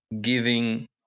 giving